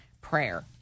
prayer